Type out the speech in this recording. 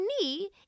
knee